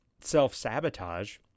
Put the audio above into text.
self-sabotage